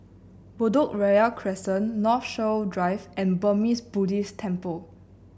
Bedok Ria Crescent Northshore Drive and Burmese Buddhist Temple